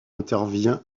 intervient